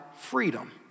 freedom